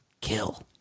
kill